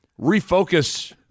refocus